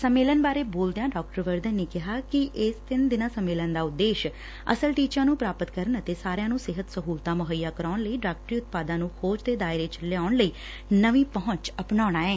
ਸੰਮੇਲਨ ਬਾਰੇ ਬੋਲਦਿਆਂ ਡਾ ਵਰਧਨ ਨੇ ਕਿਹਾ ਕਿ ਇਸ ਤਿੰਨ ਦਿਨਾਂ ਸੰਮੇਲਨ ਦਾ ਉਦੇਸ਼ ਅਸਲ ਟੀਚਿਆਂ ਨੂੰ ਪ੍ਰਾਪਤ ਕਰਨ ਅਤੇ ਸਾਰਿਆਂ ਨੂੰ ਸਿਹਤ ਸਹੂਲਤਾਂ ਮੁਹੱਈਆ ਕਰਾਉਣ ਲਈ ਡਾਕਟਰੀ ਉਤਪਾਦਾਂ ਨੂੰ ਖੋਜ ਦੇ ਦਾਇਰ ਚ ਲਿਆਉਣ ਲਈ ਨਵੀਂ ਪਹੁੰਚ ਅਪਣਾਉਣਾ ਐ